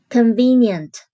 Convenient